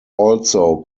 also